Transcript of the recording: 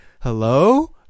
hello